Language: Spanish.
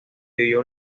vivió